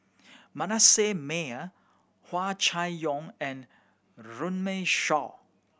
Manasseh Meyer Hua Chai Yong and Runme Shaw